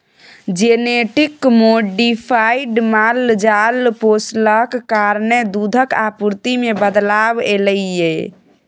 genetic modified माल जाल पोसलाक कारणेँ दुधक आपुर्ति मे बदलाव एलय यै